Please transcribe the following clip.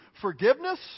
forgiveness